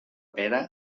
pere